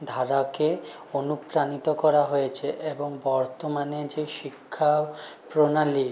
ধারাকে অনুপ্রাণিত করা হয়েছে এবং বর্তমানে যে শিক্ষাপ্রণালী